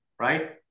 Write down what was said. right